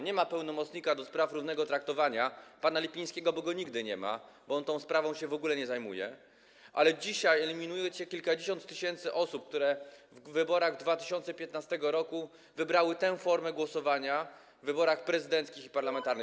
Nie ma pełnomocnika do spraw równego traktowania pana Lipińskiego, bo go nigdy nie ma, bo on tą sprawą się w ogóle nie zajmuje, ale dzisiaj eliminujecie kilkadziesiąt tysięcy osób, które w wyborach 2015 r. wybrały tę formę głosowania - w wyborach prezydenckich i parlamentarnych.